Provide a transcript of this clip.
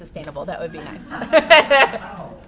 sustainable that would be